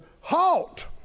halt